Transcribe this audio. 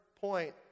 point